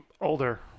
older